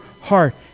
heart